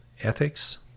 ethics